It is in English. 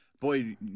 Boy